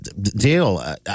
deal